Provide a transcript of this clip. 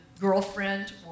girlfriend